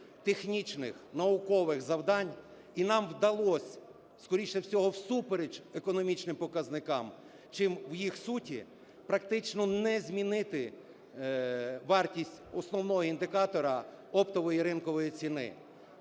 технічних, наукових завдань. І нам вдалося, скоріше всього, всупереч економічним показникам, чим їх суті, практично не змінити вартість основного індикатора оптової і ринкової ціни.